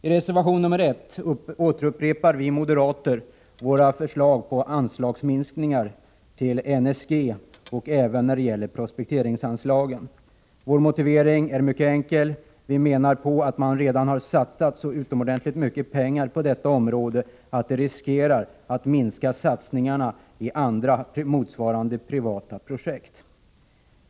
I reservation 1 upprepar vi moderater våra förslag på anslagsminskningar till NSG. Vi vill också minska prospekteringsanslagen. Vår motivering är mycket enkel. Vi menar att det redan har satsats så utomordentligt mycket pengar på detta område att det riskerar att minska satsningarna i andra, motsvarande privata projekt.